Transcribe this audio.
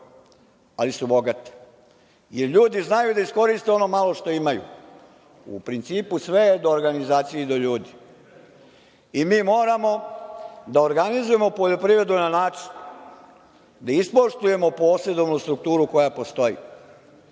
ali su bogate, jer ljudi znaju da iskoriste ono malo što imaju. U principu, sve je do organizacije i do ljudi. I mi moramo da organizujemo poljoprivredu na način da ispoštujemo posedovnu strukturu koja postoji.